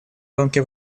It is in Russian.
гонки